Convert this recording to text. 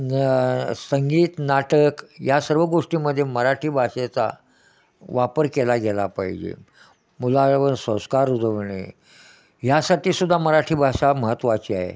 न संगीत नाटक या सर्व गोष्टींमध्ये मराठी भाषेचा वापर केला गेला पाहिजे मुलांवर संस्कार रुजवणे ह्यासाठी सुद्धा मराठी भाषा महत्त्वाची आहे